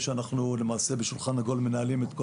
שאנחנו למעשה בשולחן עגול מנהלים את כל